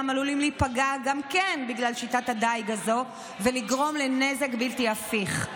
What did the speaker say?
עלולים להיפגע גם כן בגלל שיטת הדיג הזו וייגרם נזק בלתי הפיך.